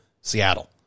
Seattle